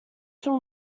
sono